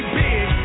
big